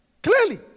Clearly